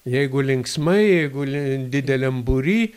jeigu linksmai jeigu li dideliam būry